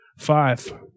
Five